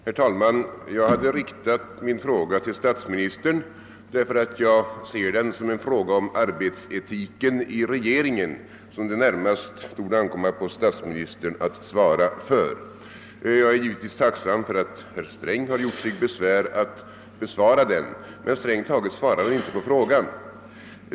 Herr talman! Jag hade riktat min fråga till statsministern, eftersom jag ser den som en fråga om arbetsetiken i regeringen, som det närmast torde ankomma på statsministern att svara för. Jag är givetvis tacksam för att herr Sträng har gjort sig besvär att besvara den, men strängt taget svarar han ändå inte på min fråga.